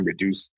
reduce